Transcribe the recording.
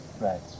Right